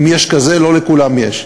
אם יש כזה, לא לכולם יש.